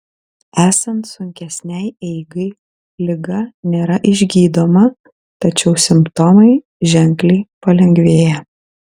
esant sunkesnei eigai liga nėra išgydoma tačiau simptomai ženkliai palengvėja